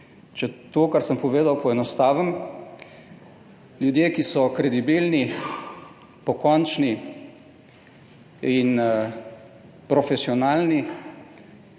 Če to, kar sem povedal, poenostavim, ljudje, ki so kredibilni, pokončni in profesionalni